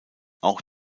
auch